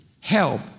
help